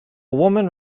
woman